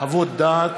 דעת